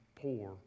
poor